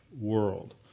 world